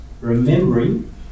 remembering